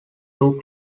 two